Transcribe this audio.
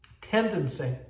tendency